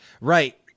Right